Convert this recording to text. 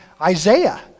Isaiah